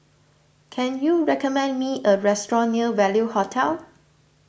can you recommend me a restaurant near Value Hotel